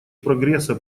прогресса